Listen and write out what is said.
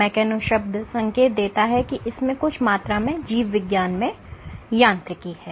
mechano शब्द संकेत देता है कि इसमें कुछ मात्रा में जीव विज्ञान में यांत्रिकी है